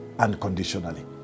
Unconditionally